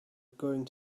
going